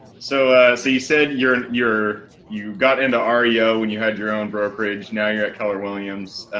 so so you said your your you got into um rio when you had your own brokerage now you're at keller williams.